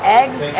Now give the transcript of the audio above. eggs